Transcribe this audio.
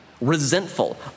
resentful